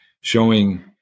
showing